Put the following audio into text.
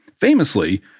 Famously